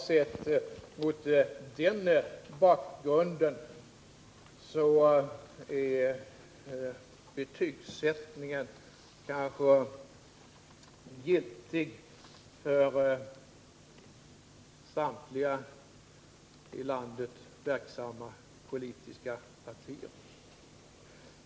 Sett mot denna bakgrund är betygsättningen kanske giltig för samtliga i landet verksamma politiska partier.